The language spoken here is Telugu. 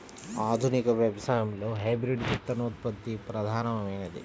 ఆధునిక వ్యవసాయంలో హైబ్రిడ్ విత్తనోత్పత్తి ప్రధానమైనది